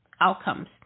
outcomes